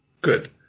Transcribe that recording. Good